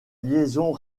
liaison